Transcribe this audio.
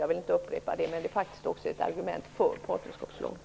Jag vill inte upprepa vad hon sade, men det är faktiskt också ett argument för parnerskapslagen.